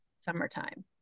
summertime